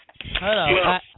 Hello